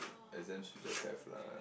exams should just have lah